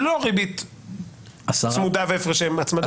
ללא ריבית צמודה והפרשי הצמדה.